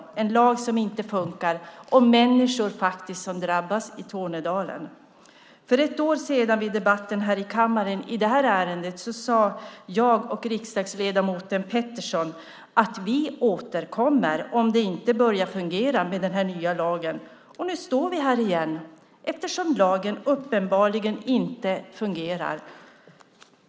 Vi har en lag som inte funkar, och människor i Tornedalen drabbas. För ett år sedan i debatten här i kammaren i det här ärendet sade jag och riksdagsledamoten Pettersson att vi återkommer om det inte börjar fungera med den nya lagen. Nu står vi här igen eftersom lagen uppenbarligen inte fungerar.